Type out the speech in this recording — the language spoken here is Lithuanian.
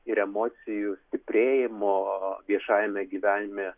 ir emocijų stiprėjimo viešajame gyvenime